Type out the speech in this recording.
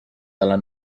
dalla